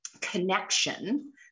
connection